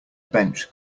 bench